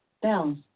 bells